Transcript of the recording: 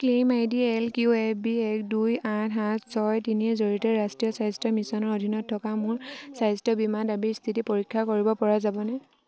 claim I D L Q A B এক দুই আঠ সাত ছয় তিনিৰ জৰিয়তে ৰাষ্ট্ৰীয় স্বাস্থ্য মিছনৰ অধীনত থকা মোৰ স্বাস্থ্য বীমা দাবীৰ স্থিতি পৰীক্ষা কৰিব পৰা যাবনে